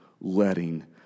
letting